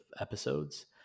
episodes